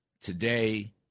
Today